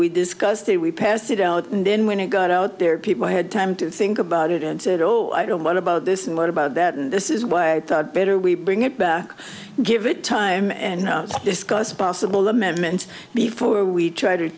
we discussed it we passed it out and then when it got out there people had time to think about it and said oh i don't know what about this and what about that and this is why i thought better we bring it back and give it time and discuss possible amendments before we try to